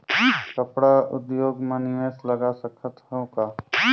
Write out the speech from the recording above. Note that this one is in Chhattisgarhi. कपड़ा उद्योग म निवेश लगा सकत हो का?